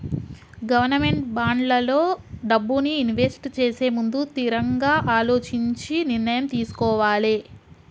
government బాండ్లల్లో డబ్బుని invest చేసేముందు తిరంగా అలోచించి నిర్ణయం తీసుకోవాలే